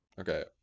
Okay